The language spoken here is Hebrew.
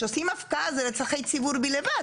כשעושים הפקעה זה לצורכי ציבור בלבד.